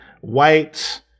white